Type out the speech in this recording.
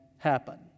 happen